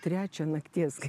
trečią nakties kai